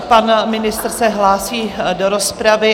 Pan ministr se hlásí do rozpravy.